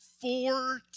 four